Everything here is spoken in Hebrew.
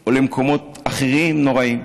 או למקומות אחרים, נוראיים,